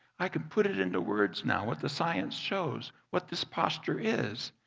i can put it into words now what the science shows, what this posture is.